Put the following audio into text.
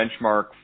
benchmark